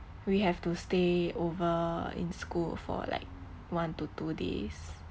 we have to stay over in school for like one to two days